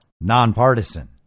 nonpartisan